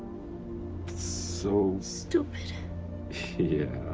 so. stupid yeah.